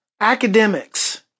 academics